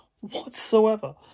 whatsoever